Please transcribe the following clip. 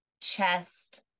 chest